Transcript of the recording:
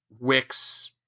Wix